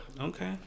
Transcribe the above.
Okay